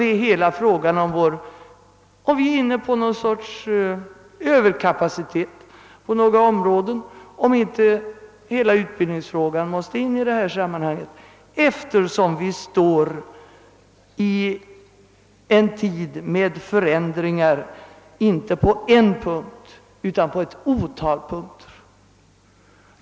Det är alltså fråga om vi är inne på någon sorts överkapa citet på några områden, om inte hela utbildningsfrågan måste tas upp i detta sammanhang, eftersom vi är inne i en tid med förändringar, inte på en punkt utan på ett otal punkter.